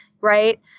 Right